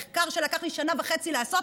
מחקר שלקח לי שנה וחצי לעשות,